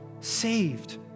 saved